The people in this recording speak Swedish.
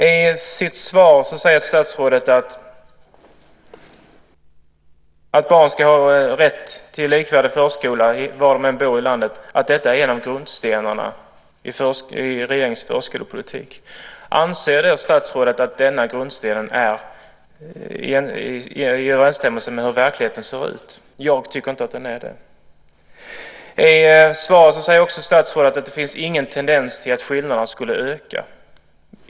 I sitt svar säger statsrådet att barn ska ha rätt till en likvärdig förskola var de än bor i landet och att detta är en av grundstenarna i regeringens förskolepolitik. Anser statsrådet att denna grundsten är i överensstämmelse med verkligheten? Jag anser inte det. I svaret säger statsrådet också att det inte finns någon tendens till att skillnaderna skulle öka.